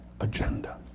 agenda